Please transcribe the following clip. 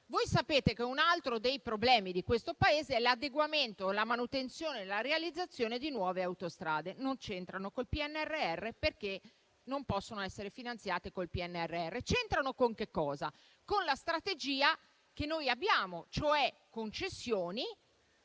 Voi sapete che un altro dei problemi di questo Paese è quello dell'adeguamento, della manutenzione e della realizzazione di nuove autostrade, che non c'entrano con il PNRR, perché non possono essere finanziate con il PNRR. C'entrano con cosa? Con la strategia che noi abbiamo, cioè concessioni